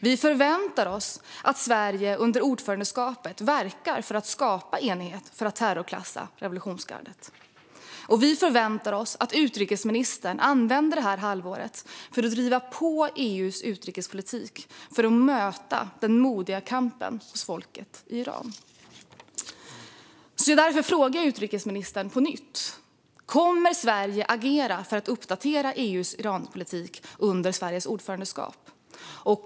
Vi förväntar oss att Sverige under ordförandeskapet verkar för att skapa enighet för att terrorklassa revolutionsgardet. Vi förväntar oss att utrikesministern använder det här halvåret för att driva på EU:s utrikespolitik för att möta den modiga kampen hos folket i Iran. Därför frågar jag utrikesministern på nytt: Kommer Sverige att agera för att uppdatera EU:s Iranpolitik under Sveriges ordförandeskap?